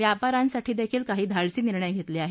व्यापा यांसाठीदेखील काही धाडसी निर्णय घेतले आहेत